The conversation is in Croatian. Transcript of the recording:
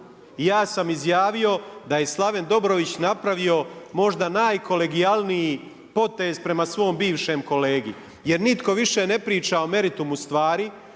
Ja sam izjavio da je Slaven Dobrović napravio možda najkolegijalniji potez prema svom bivšem kolegi, jer nitko više ne priča o meritumu stvari,